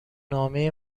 نامه